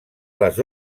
les